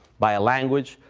by a language,